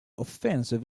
offensive